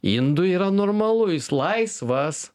indui yra normalu jis laisvas